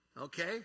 okay